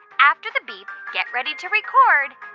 after the beep, get ready to record